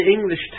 English